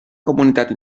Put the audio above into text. comunitat